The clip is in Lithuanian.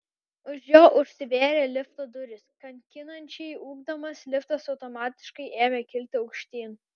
už jo užsivėrė lifto durys kankinančiai ūkdamas liftas automatiškai ėmė kilti aukštyn